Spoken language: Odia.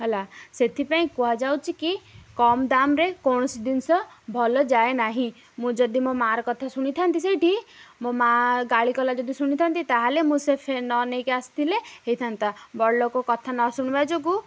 ହେଲା ସେଥିପାଇଁ କୁହାଯାଉଛି କି କମ୍ ଦାମ୍ରେ କୌଣସି ଜିନିଷ ଭଲ ଯାଏ ନାହିଁ ମୁଁ ଯଦି ମୋ ମାଆର କଥା ଶୁଣିଥାନ୍ତି ସେଇଠି ମୋ ମାଆ ଗାଳି କଲା ଯଦି ଶୁଣିଥାନ୍ତି ତା'ହେଲେ ମୁଁ ସେ ଫ୍ୟାନ୍ ନ ନେଇକି ଆସିଥିଲେ ହୋଇଥାନ୍ତା ବଡ଼ ଲୋକ କଥା ନ ଶୁଣିବା ଯୋଗୁଁ